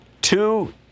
two